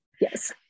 Yes